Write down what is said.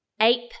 ape